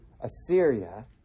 Assyria